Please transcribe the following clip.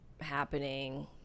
happening